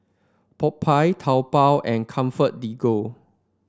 Popeye Taobao and ComfortDelGro